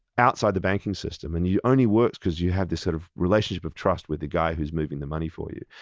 outside the banking system. and it only worked because you had this sort of relationship of trust with the guy who's moving the money for you.